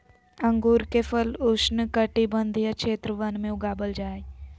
अंगूर के फल उष्णकटिबंधीय क्षेत्र वन में उगाबल जा हइ